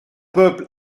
peuple